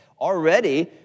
already